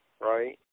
right